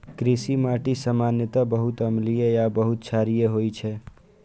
कृषि माटि सामान्यतः बहुत अम्लीय आ बहुत क्षारीय होइ छै